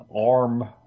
ARM